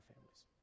families